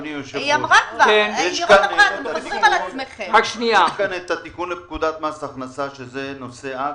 אדוני היושב-ראש: יש כאן את התיקון לפקודת מס הכנסה שזה נושא עכו,